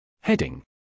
Heading